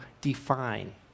define